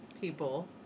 people